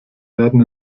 werden